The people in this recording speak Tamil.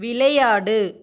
விளையாடு